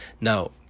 Now